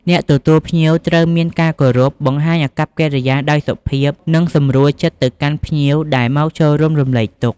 អ្នកទទួលភ្ញៀវត្រូវមានការគោរព បង្ហាញអាកប្បកិរិយាដោយសុភាព និងសម្រួលចិត្តទៅកាន់ភ្ញៀវដែលមកចូលរួមរំលែកទុក្ខ។